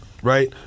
Right